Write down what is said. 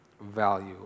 value